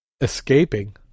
escaping